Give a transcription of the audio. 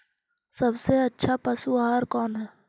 सबसे अच्छा पशु आहार कौन है?